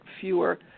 fewer